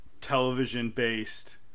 television-based